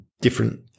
Different